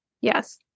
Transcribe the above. Yes